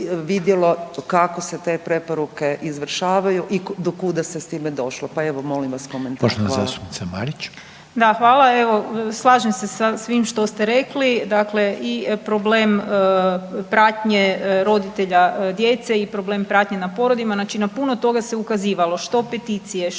vidjelo kako se te preporuke izvršavaju i do kuda se s time došlo, pa evo molim vas komentar. **Reiner, Željko (HDZ)** Poštovana zastupnica Marić. **Marić, Andreja (SDP)** Hvala. Evo slažem se sa svim što ste rekli. Dakle i problem pratnje roditelja djece i problem pratnje na porodima, znači na puno toga se ukazivalo što peticije,